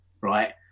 right